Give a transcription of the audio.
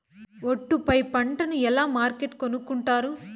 ఒట్టు పై పంటను ఎలా మార్కెట్ కొనుక్కొంటారు?